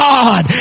God